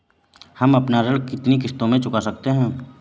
हम अपना ऋण कितनी किश्तों में चुका सकते हैं?